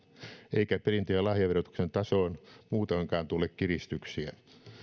eikä perintö ja lahjaverotuksen tasoon muutoinkaan tule kiristyksiä